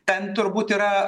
ten turbūt yra